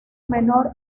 menor